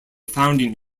founding